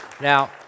Now